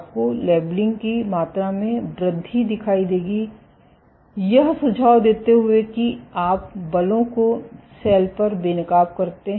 आपको लेबलिंग की मात्रा में वृद्धि दिखाई देगी यह सुझाव देते हुए कि आप बलों को सेल पर बेनकाब करते हैं